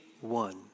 one